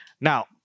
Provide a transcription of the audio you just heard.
Now